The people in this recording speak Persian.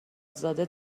زاده